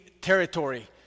territory